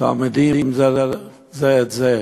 תלמידים רצחו זה את זה,